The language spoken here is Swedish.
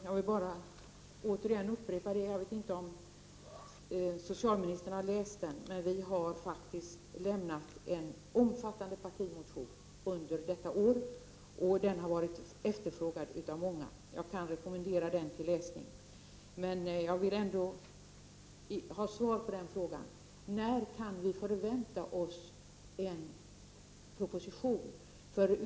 Jag vet inte om socialministern har läst den omfattande partimotion som vi i centerpartiet har väckt under detta år. Den har varit efterfrågad av många. Jag kan rekommendera den till läsning. Men jag vill ändå ha ett svar på min fråga: När kan vi vänta oss en proposition?